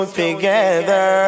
together